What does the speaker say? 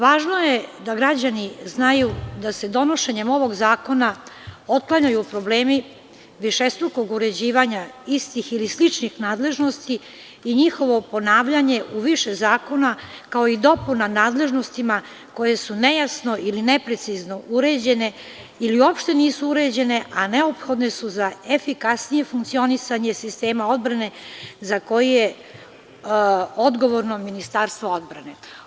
Važno je da građani znaju da se donošenjem ovog zakona otklanjaju problemi višestrukog uređivanja istih ili sličnih nadležnosti i njihovo ponavljanje u više zakona kako i dopuna nadležnostima koje su nejasno i neprecizno uređene ili uopšte nisu uređene, a neophodne su za efikasnije funkcionisanje sistema odbraneza koji je odgovorno Ministarstvo odbrane.